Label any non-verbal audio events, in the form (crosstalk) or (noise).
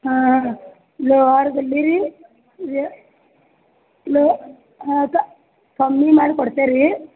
ಹಾಂ ಲೋಡ್ ಜಲ್ದಿ ರೀ (unintelligible) ಲೋ ಹಾಂ ಕಮ್ಮಿ ಮಾಡಿ ಕೊಡ್ತೆ ರೀ